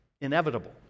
inevitable